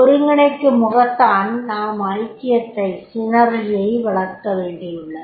ஒருங்கிணைக்குமுகத்தான் நாம் ஐக்கியத்தை வளர்க்கவேண்டியுள்ளது